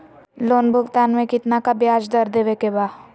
Loan भुगतान में कितना का ब्याज दर देवें के बा?